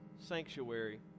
sanctuary